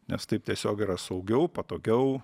nes taip tiesiog yra saugiau patogiau